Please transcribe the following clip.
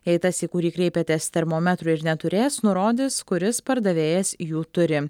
jei tas į kurį kreipiatės termometrų ir neturės nurodys kuris pardavėjas jų turi